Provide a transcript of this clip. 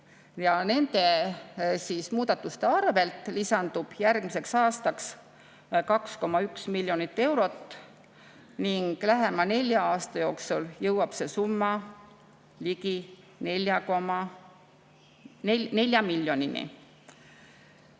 Nende muudatuste arvelt lisandub järgmiseks aastaks 2,1 miljonit eurot ning lähema nelja aasta jooksul jõuab see summa 4 miljonini.